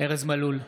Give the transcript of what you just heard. ארז מלול,